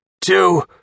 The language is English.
two